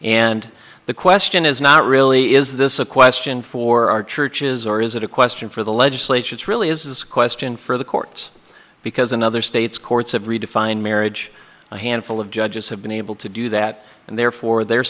and the question is not really is this a question for our churches or is it a question for the legislature it's really is a question for the courts because in other states courts have redefined marriage a handful of judges have been able to do that and therefore the